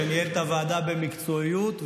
שניהל את הוועדה במקצועיות,